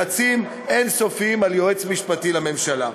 לחצים אין-סופיים על היועץ המשפטי לממשלה.